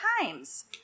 times